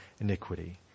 iniquity